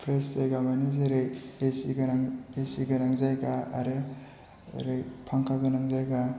fresh जायगा मानि जेरै एसि गोनां एसि गोनां जायगा आरो ओरै फांखा गोनां जायगा